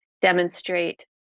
demonstrate